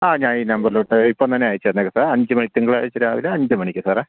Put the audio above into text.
ആ ഞാൻ ഈ നമ്പറിലോട്ട് ഇപ്പം തന്നെ അയച്ചു തന്നേക്കാം സാര് അഞ്ചു മണി തിങ്കളാഴ്ച്ച രാവിലെ അഞ്ചു മണിക്ക് സാറെ